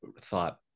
thought